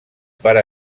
per